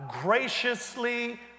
graciously